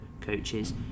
coaches